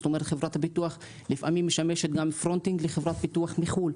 זאת אומרת חברת הביטוח לפעמים משמשת גם פרונטינג לחברת ביטוח מחו"ל.